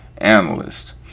Analyst